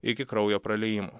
iki kraujo praliejimo